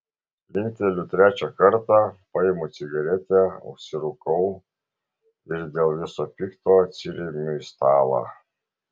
linkteliu trečią kartą paimu cigaretę užsirūkau ir dėl viso pikto atsiremiu į stalą